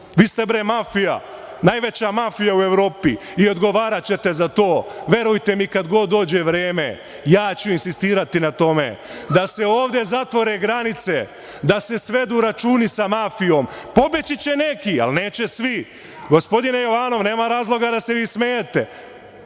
Vi ste, bre, mafija. Najveća mafija u Evropi i odgovaraćete za to. Verujte mi, kad god dođe vreme, ja ću insistirati na tome da se ovde zatvore granice, da se svedu računi sa mafijom. Pobeći će neki, ali neće svi. Gospodine Jovanov, nema razloga da se vi smejete.